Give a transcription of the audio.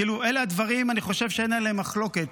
כאילו אלה הדברים, אני חושב שאין עליהם מחלוקת.